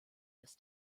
des